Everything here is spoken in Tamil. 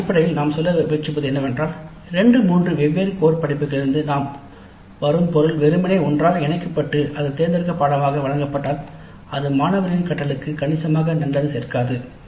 ஆனால் அடிப்படையில் நாம் சொல்ல முயற்சிப்பது என்னவென்றால் 2 3 வெவ்வேறு கோர் பாடநெறிகளிலிருந்து வரும் பொருள் வெறுமனே ஒன்றாக இணைக்கப்பட்டு ஒரு தேர்ந்தெடுக்கப்பட்ட பாடநெறி ஆக வழங்கப்பட்டால் அது மாணவர்களின் கற்றலுக்கு கணிசமாக நல்லது சேர்க்காது